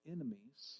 enemies